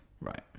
Right